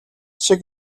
шиг